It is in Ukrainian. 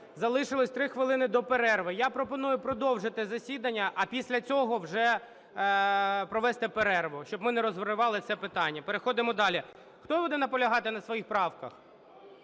залишилось 3 хвилини до перерви. Я пропоную продовжити засідання, а після цього вже провести перерву, щоб ми не розривали це питання. Переходимо далі. Хто буде наполягати на своїх правках?